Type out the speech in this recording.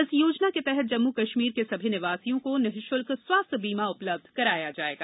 इस योजना के तहत जम्मू कश्मीर के सभी निवासियों को निशुल्क स्वास्थ्य बीमा उपलब्ध कराया जाएगा